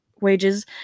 wages